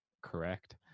correct